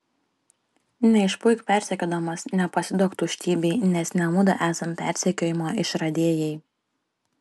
neišpuik persekiodamas nepasiduok tuštybei nes ne mudu esam persekiojimo išradėjai